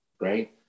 Right